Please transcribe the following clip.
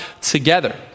together